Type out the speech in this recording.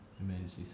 emergency